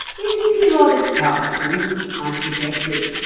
isn't he rather tiresome i suggested.